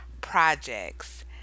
projects